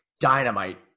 Dynamite